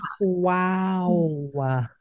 wow